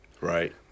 Right